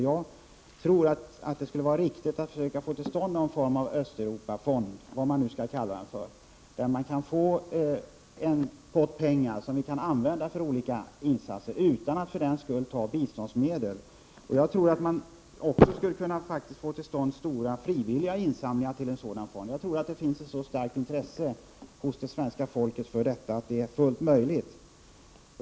Jag tror att det skulle vara riktigt att försöka få till stånd något slags Östeuropafond eller vad man nu skall kalla det för, en pott pengar som kan användas för olika insatser utan att för den skull ta biståndsmedel i anspråk. Jag tror att man också skulle kunna få till stånd stora frivilliga insamlingar till en sådan fond. Jag tror att det finns ett så starkt intresse hos det svenska folket för detta att det är fullt möjligt.